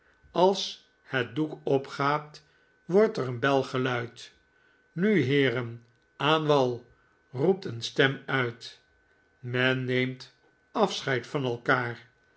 als het doek opgaat wordt er een bel geluid nu heeren aan wall roept een stem uit men neemt afscheid van elkaar